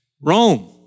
Rome